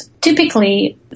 typically